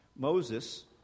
Moses